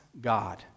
God